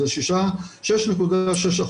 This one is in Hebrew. זה 6.6%,